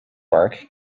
bark